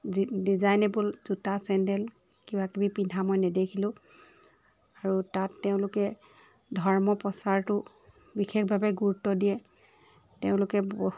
যি ডিজাইনেবল জোতা চেণ্ডেল কিবাকিবি পিন্ধা মই নেদেখিলোঁ আৰু তাত তেওঁলোকে ধৰ্ম প্ৰচাৰটো বিশেষভাৱে গুৰুত্ব দিয়ে তেওঁলোকে বৰ